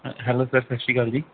hello sir ਸਤਿ ਸ਼੍ਰੀ ਅਕਾਲ ਜੀ